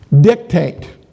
dictate